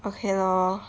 okay lor